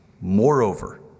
Moreover